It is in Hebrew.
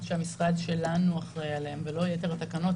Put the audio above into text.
שהמשרד שלנו אחראי עליהן ולא יתר התקנות,